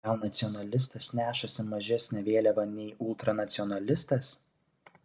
gal nacionalistas nešasi mažesnę vėliavą nei ultranacionalistas